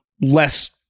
less